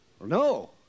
No